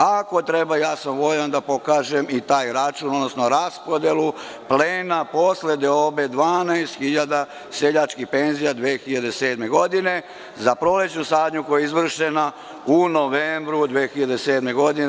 Ako treba ja sam voljan da pokažem i taj račun odnosno raspodelu plena posle deobe 12.000 seljačkih penzija 2007. godine za prolećnu sadnju, koja je izvršena u novembru 2007. godine.